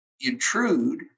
intrude